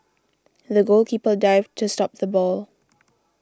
the goalkeeper dived to stop the ball